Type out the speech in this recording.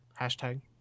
Hashtag